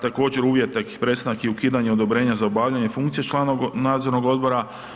Također …/nerazumljivo/… prestanak i ukidanje odobrenja za obavljanje funkcije člana nadzornog odbora.